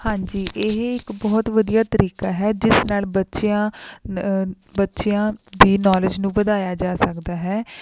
ਹਾਂਜੀ ਇਹ ਇੱਕ ਬਹੁਤ ਵਧੀਆ ਤਰੀਕਾ ਹੈ ਜਿਸ ਨਾਲ ਬੱਚਿਆਂ ਬੱਚਿਆਂ ਦੀ ਨੌਲੇਜ ਨੂੰ ਵਧਾਇਆ ਜਾ ਸਕਦਾ ਹੈ